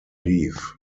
leave